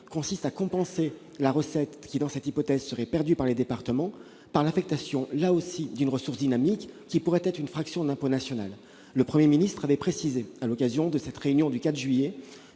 est de compenser la recette qui serait perdue par les départements par l'affectation, là aussi, d'une ressource dynamique, qui pourrait être une fraction d'impôt national. Le Premier ministre avait précisé, à l'occasion de cette conférence du 4 juillet,